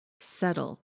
settle